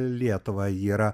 lietuvą yra